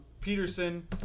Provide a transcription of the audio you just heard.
Peterson